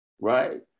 right